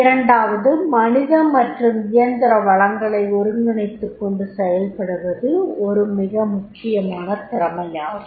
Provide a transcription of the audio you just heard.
இரண்டாவது மனித மற்றும் இயந்திர வளங்களை ஒருங்கிணைத்துக் கொண்டுசெல்வது ஒரு மிக முக்கியமான திறனாகும்